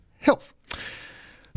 health